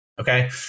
Okay